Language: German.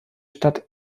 stadt